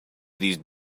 these